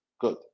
good